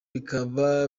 bikaba